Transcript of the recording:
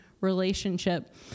relationship